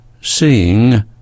seeing